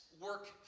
work